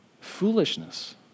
Foolishness